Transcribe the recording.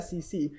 SEC